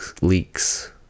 leaks